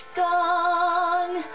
gone